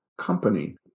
company